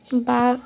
বা